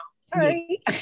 Sorry